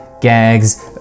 gags